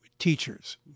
teachers